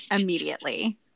immediately